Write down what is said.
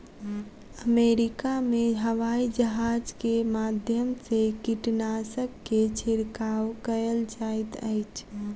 America में हवाईजहाज के माध्यम से कीटनाशक के छिड़काव कयल जाइत अछि